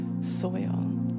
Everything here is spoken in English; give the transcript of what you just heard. soil